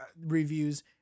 reviews